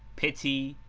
pity,